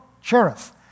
Cherith